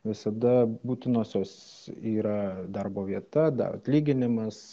visada būtinosios yra darbo vieta atlyginimas